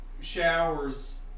showers